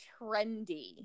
trendy